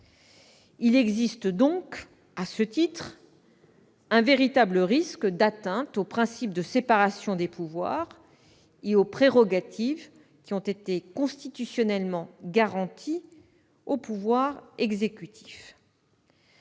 Il existe donc à ce titre un véritable risque d'atteinte au principe de séparation des pouvoirs et aux prérogatives constitutionnellement garanties au pouvoir exécutif.